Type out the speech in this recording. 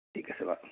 ঠিক আছে বাৰু